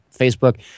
Facebook